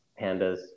pandas